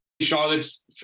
Charlotte's